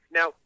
Now